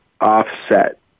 offset